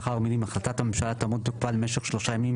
לאחר המילים 'החלטת הממשלה תעמוד בתוקפה למשך שלושה ימים'